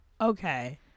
Okay